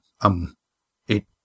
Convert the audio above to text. um—it